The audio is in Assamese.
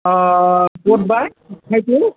ক'ত বা ঠাইটো